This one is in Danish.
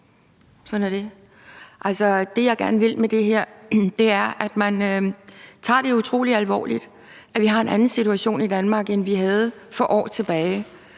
Sådan er det. Det, jeg gerne vil med det her, er, at man tager det utrolig alvorligt, at vi har en anden situation i Danmark, end vi havde for år tilbage,